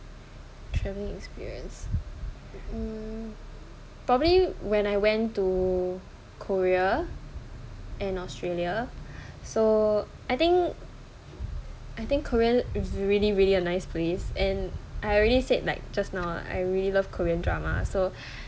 travelling experience um probably when I went to korea and australia so I think I think korea is really really a nice place and I already said like just now lah I really love korean drama so